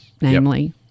namely